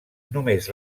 només